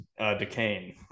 Decane